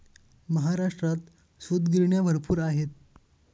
महाराष्ट्रात सूतगिरण्या भरपूर आहेत